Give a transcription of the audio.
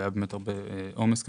והיה עומס בדצמבר,